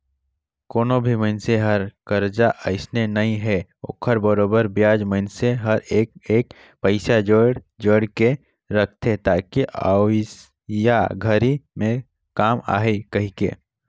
कोनो भी मइनसे हर करजा अइसने नइ हे ओखर बरोबर बियाज मइनसे हर एक एक पइसा जोयड़ जोयड़ के रखथे ताकि अवइया घरी मे काम आही कहीके